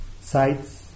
sights